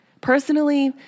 personally